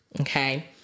okay